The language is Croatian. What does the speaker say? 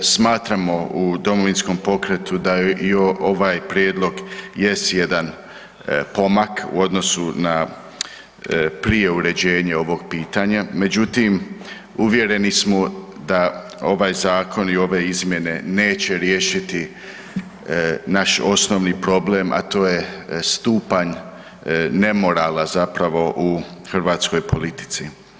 Smatramo u Domovinskom pokretu da je i ovaj prijedlog jest jedan pomak u odnosu na prije uređenje ovog pitanja, međutim uvjereni smo da ovaj zakon i ove izmjene neće riješiti naš osnovni problem, a to je stupanj nemorala zapravo u hrvatskoj politici.